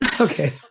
Okay